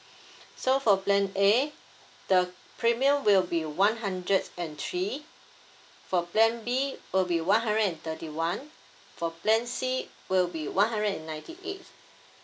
so for plan A the premium will be one hundred and three for plan B will be one hundred and thirty one for plan C will be one hundred and ninety eight